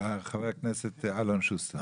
חבר הכנסת אלון שוסטר.